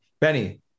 Benny